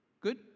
Good